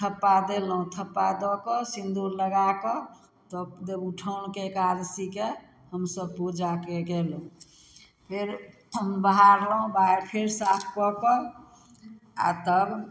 थप्पा देलहुँ थप्पा दऽ कऽ सिंदूर लगा कऽ तब देबउठाओनके एकादशीके हमसब पूजा कयलहुँ फेर हम बहारलहुँ बहारि फेर साफ कऽ कऽ आ तब